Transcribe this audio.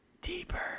Deeper